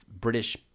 british